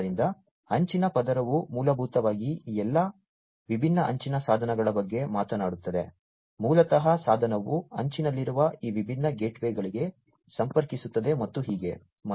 ಆದ್ದರಿಂದ ಅಂಚಿನ ಪದರವು ಮೂಲಭೂತವಾಗಿ ಈ ಎಲ್ಲಾ ವಿಭಿನ್ನ ಅಂಚಿನ ಸಾಧನಗಳ ಬಗ್ಗೆ ಮಾತನಾಡುತ್ತದೆ ಮೂಲತಃ ಸಾಧನವು ಅಂಚಿನಲ್ಲಿರುವ ಈ ವಿಭಿನ್ನ ಗೇಟ್ವೇಗಳಿಗೆ ಸಂಪರ್ಕಿಸುತ್ತದೆ ಮತ್ತು ಹೀಗೆ